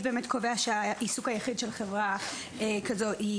הסעיף קובע שהעיסוק היחיד של חברה כזאת הוא